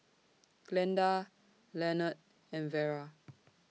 Glenda Lenord and Vara